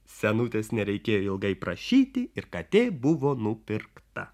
senutės nereikėjo ilgai prašyti ir katė buvo nupirkta